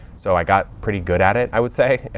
so i got pretty good at it, i would say.